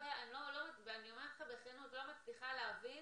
אני אומרת לך בכנות, אני לא מצליחה להבין